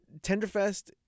Tenderfest